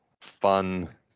fun